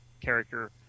character